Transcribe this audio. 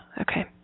okay